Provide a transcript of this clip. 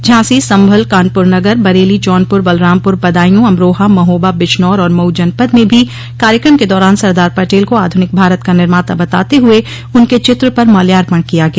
झांसी संभल कानपुर नगर बरेली जौनपुर बलरामपुर बदायू अमरोहा महोबा बिजनौर और मऊ जनपद में भी कार्यक्रम के दौरान सरदार पटेल को आध्निक भारत का निर्माता बताते हुए उनके चित्र पर माल्यार्पण किया गया